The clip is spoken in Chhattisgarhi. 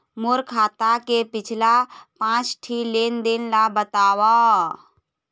मोर खाता के पिछला पांच ठी लेन देन ला बताव?